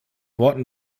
worten